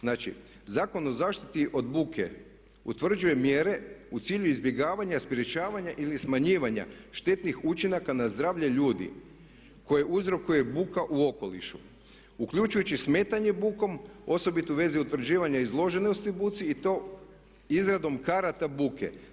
Znači, Zakon o zaštiti od buke utvrđuje mjere u cilju izbjegavanja, sprečavanja ili smanjivanja štetnih učinaka na zdravlje ljudi koje uzrokuje buka u okolišu, uključujući smetanje bukom osobito u vezi utvrđivanja izloženosti buci i to izradom karata buke.